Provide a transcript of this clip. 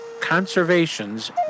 conservation's